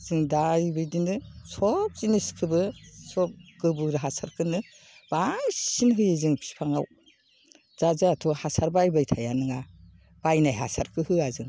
जों दा बेबादिनो सब जिनिसखौबो सब गोबोर हासारखौनो बांसिन होयो जों बिफाङाव दा जोंहाथ' हासार बायबाय थाया नङा बायनाय हासारखौ होआ जों